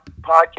podcast